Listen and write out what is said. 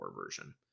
version